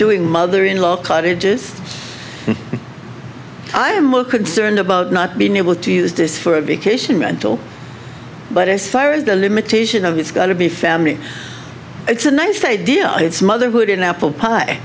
doing mother in law cottages i am more concerned about not being able to use this for a vacation rental but as far as the limitation of it's got to be family it's a nice idea it's motherhood and apple pie